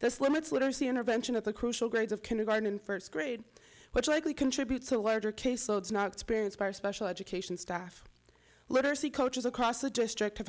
this limits literacy intervention at the crucial grades of kindergarten and first grade which likely contributes a larger case so it's not experience for special education staff literacy coaches across the district have